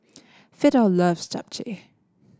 Fidel loves Japchae